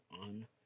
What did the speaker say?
on